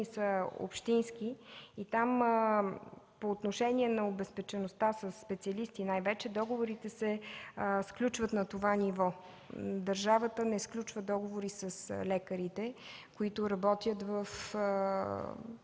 са общински. Там по отношение на обезпечеността със специалисти договорите се сключват на това ниво. Държавата не сключва договори с лекарите, които работят в